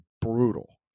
brutal